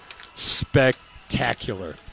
spectacular